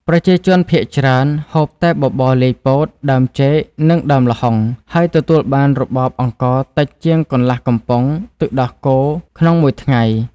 ប្រជាជនភាគច្រើនហូប តែបបរលាយពោត ដើមចេក និងដើមល្ហុង ហើយទទួលបានរបប អង្ករតិចជាងកន្លះកំប៉ុងទឹកដោះគោក្នុងមួយថ្ងៃ។